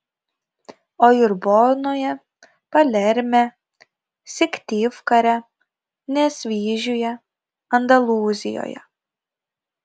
o ir bonoje palerme syktyvkare nesvyžiuje andalūzijoje